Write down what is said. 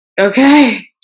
okay